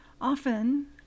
Often